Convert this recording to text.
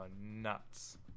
nuts